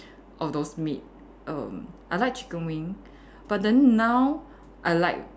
or those meat erm I like chicken wing but then now I like